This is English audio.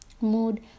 mood